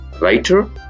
writer